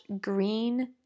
green